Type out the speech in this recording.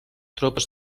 tropes